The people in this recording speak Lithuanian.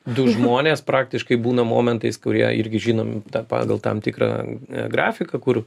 du žmonės praktiškai būna momentais kurie irgi žinom pagal tam tikrą grafiką kur